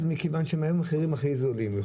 מכיוון שהם היו המחירים הכי זולים.